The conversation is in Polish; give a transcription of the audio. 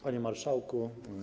Panie Marszałku!